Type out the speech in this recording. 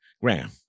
Graham